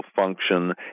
function